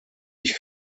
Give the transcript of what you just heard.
ich